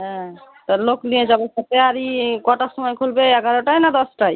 হ্যাঁ তা লোক নিয়ে যাবো সাথে আর ই কটার সময় খুলবে এগারোটায় না দশটায়